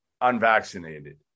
unvaccinated